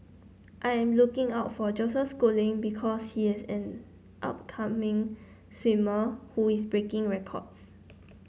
I am looking out for Joseph Schooling because he is an upcoming swimmer who is breaking records